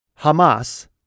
Hamas